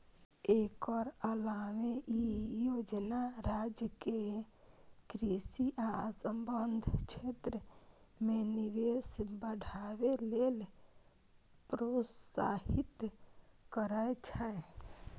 एकर अलावे ई योजना राज्य कें कृषि आ संबद्ध क्षेत्र मे निवेश बढ़ावे लेल प्रोत्साहित करै छै